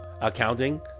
accounting